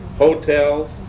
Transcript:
Hotels